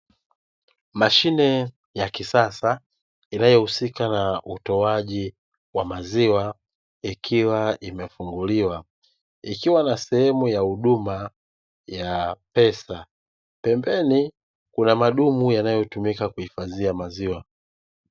Mashine ya kisasa inayohusika na utoaji wa maziwa ikiwa imefunguliwa, ikiwa ina sehemu ya huduma ya pesa. Pembeni kuna madumu yanayotumika kuhifadhia maziwa.